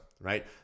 right